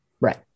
Right